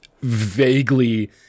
vaguely